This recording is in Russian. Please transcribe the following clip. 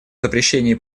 запрещении